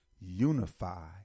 unify